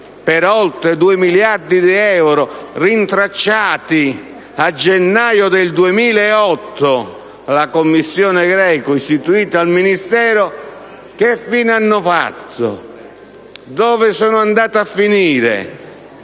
di oltre 2 miliardi di euro, rintracciati a gennaio del 2008 dalla commissione Greco costituita presso il Ministero, che fine ha fatto? Dove sono andati a finire